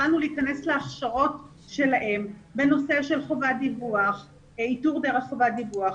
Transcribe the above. התחלנו להיכנס להכשרות שלהם בנושא של איתור דרך חובת דיווח,